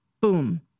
boom